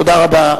תודה רבה.